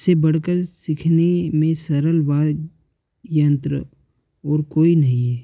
से बढ़कर सीखने में सरल वाद्ययंत्र और कोई नही है